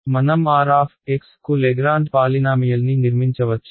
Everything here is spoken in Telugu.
మనం r కు లెగ్రాంజ్ పాలినామియల్ని నిర్మించవచ్చా